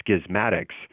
schismatics